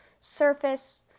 surface